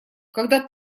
когда